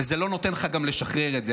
וזה גם לא נותן לך לשחרר את זה.